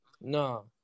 No